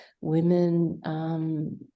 Women